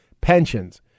Pensions